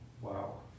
Wow